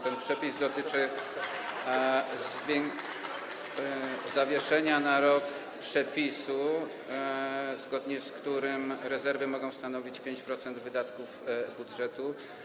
Ten przepis dotyczy zawieszenia na rok przepisu, zgodnie z którym rezerwy mogą stanowić 5% wydatków budżetu.